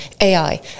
AI